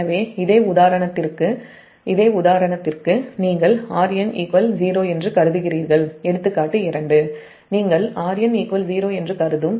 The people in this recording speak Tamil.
எனவே இதே உதாரணத்திற்கு நீங்கள் Rn 0 என்று கருதுகிறீர்கள் எடுத்துக்காட்டு 2 நீங்கள் Rn 0 என்று கருதும்